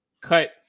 cut